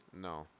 No